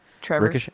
Trevor